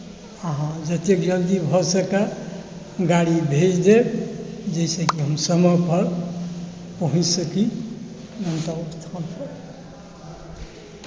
अहाँ जतेक जल्दी भऽ सकए गाड़ी भेज देब जाहिसँ कि हम समयपर पहुँच सकी गन्तव्य स्थानपर